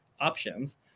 options